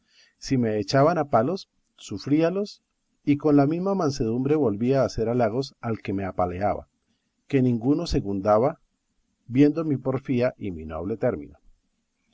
si me echaban a palos sufríalos y con la misma mansedumbre volvía a hacer halagos al que me apaleaba que ninguno segundaba viendo mi porfía